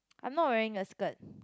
I'm not wearing a skirt